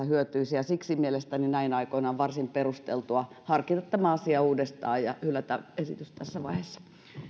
hyötyisi ja siksi mielestäni näinä aikoina on varsin perusteltua harkita tämä asia uudestaan ja hylätä esitys tässä vaiheessa